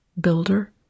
builder